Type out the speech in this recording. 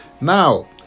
Now